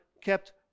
kept